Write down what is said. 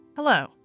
Hello